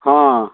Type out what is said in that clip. ହଁ